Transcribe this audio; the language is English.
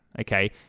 okay